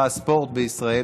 שבה הספורט בישראל